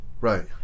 right